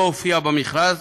לא הופיע במכרז